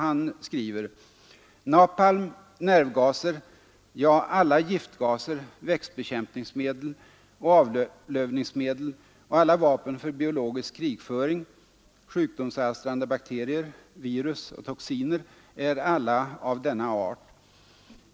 Han skriver: ”Napalm, nervgaser, ja, alla giftgaser, växtbekämpningsmedel och avlövningsmedel och alla vapen för biologisk krigföring — sjukdomsalstrande bakterier, virus och toxiner — är alla av denna art.